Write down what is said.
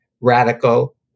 radical